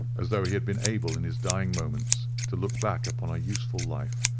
as though he had been able in his dying moments to look back upon a useful life,